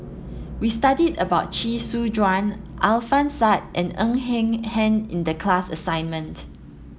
we studied about Chee Soon Juan Alfian Sa'at and Ng Eng Hen in the class assignment